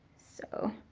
so,